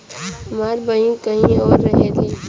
हमार बहिन कहीं और रहेली